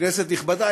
כנסת נכבדה,